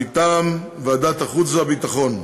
מטעם ועדת החוץ והביטחון: